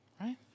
right